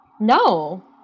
No